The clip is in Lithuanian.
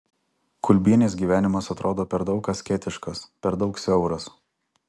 kulbienės gyvenimas atrodo per daug asketiškas per daug siauras